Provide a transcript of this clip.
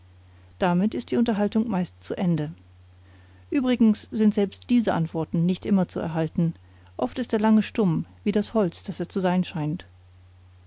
damit ist die unterhaltung meist zu ende übrigens sind selbst diese antworten nicht immer zu erhalten oft ist er lange stumm wie das holz das er zu sein scheint